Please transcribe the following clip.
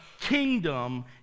kingdom